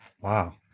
Wow